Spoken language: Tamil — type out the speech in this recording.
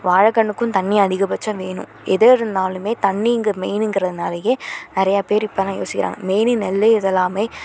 வாழைக்கன்னுக்கும் தண்ணி அதிகப்பட்சம் வேணும் எது இருந்தாலுமே தண்ணிங்க மெயினுங்கிறதுனாலேயே நிறையா பேர் இப்பெல்லாம் யோசிக்கிறாங்க மெயினு நெல் இதெல்லாமே